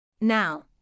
Now